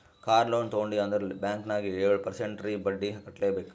car loan ತೊಂಡಿ ಅಂದುರ್ bank ನಾಗ್ ಏಳ್ ಪರ್ಸೆಂಟ್ರೇ ಬಡ್ಡಿ ಕಟ್ಲೆಬೇಕ್